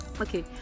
okay